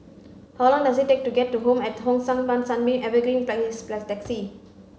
how long does it take to get to Home at Hong San Sunbeam Evergreen Place by taxi